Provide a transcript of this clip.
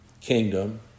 kingdom